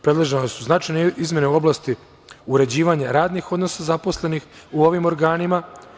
Predložene su značajne izmene u oblasti uređivanja radnih odnosa zaposlenih u ovim organima.